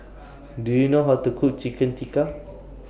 Do YOU know How to Cook Chicken Tikka